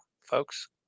folks